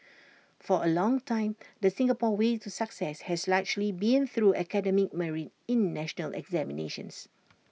for A long time the Singapore way to success has largely been through academic merit in national examinations